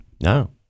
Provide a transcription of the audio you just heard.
No